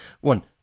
one